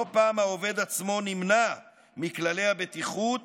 לא פעם העובד עצמו נמנע מכללי הבטיחות